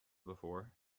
before